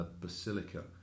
Basilica